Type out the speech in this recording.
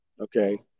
okay